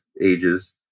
ages